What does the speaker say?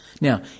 Now